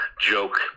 joke